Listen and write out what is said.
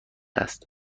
است